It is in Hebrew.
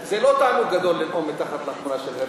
זה לא תענוג גדול לנאום מתחת לתמונה של הרצל,